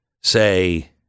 say